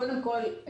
קודם כול,